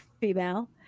female